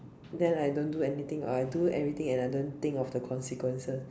then I don't do anything or I do everything and I don't think of the consequences